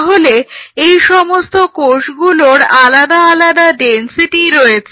তাহলে এইসমস্ত কোষগুলোর আলাদা আলাদা ডেনসিটি রয়েছে